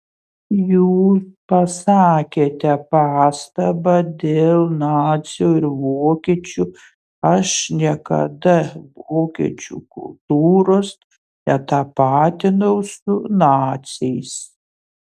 jūs pasakėte pastabą dėl nacių ir vokiečių aš niekada vokiečių kultūros netapatinau su naciais